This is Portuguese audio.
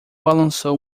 balançou